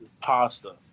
Pasta